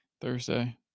Thursday